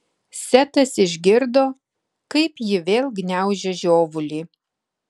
setas išgirdo kaip ji vėl gniaužia žiovulį